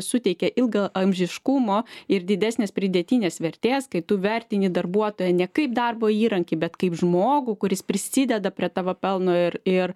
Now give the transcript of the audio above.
suteikia ilgaamžiškumo ir didesnės pridėtinės vertės kai tu vertini darbuotoją ne kaip darbo įrankį bet kaip žmogų kuris prisideda prie tavo pelno ir ir